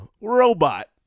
Robot